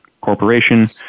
corporation